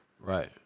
Right